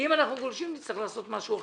אם אנחנו גולשים, נצטרך לעשות משהו אחר.